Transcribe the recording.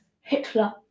Hitler